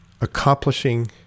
accomplishing